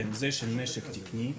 כן, זה של נשק תקני.